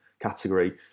category